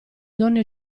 donne